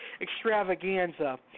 extravaganza